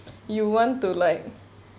you want to like